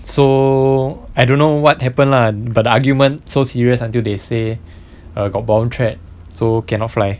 so I don't know what happen lah but argument so serious until they say got bomb threat so cannot fly